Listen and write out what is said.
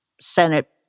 Senate